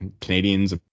Canadians